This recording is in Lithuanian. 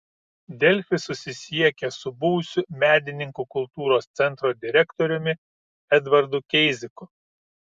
delfi susisiekė su buvusiu medininkų kultūros centro direktoriumi edvardu keiziku